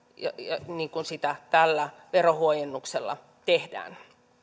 niin kuin tällä verohuojennuksella tehdään